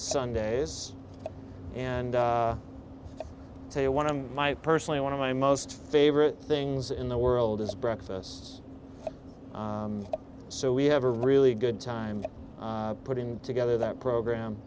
sundays and tell you one of my personally one of my most favorite things in the world is breakfast so we have a really good time putting together that program